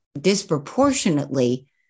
disproportionately